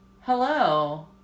Hello